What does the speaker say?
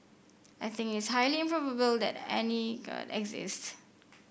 I think it's highly improbable that any god exists